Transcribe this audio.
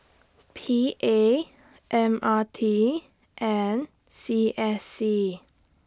P A M R T and C S C